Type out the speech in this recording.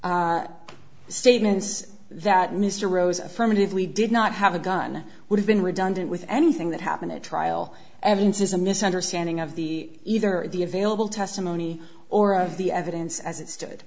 the statement is that mr rose affirmatively did not have a gun would have been redundant with anything that happened at trial evidence is a misunderstanding of the either the available testimony or of the evidence as it st